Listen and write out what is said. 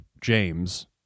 James